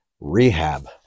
Rehab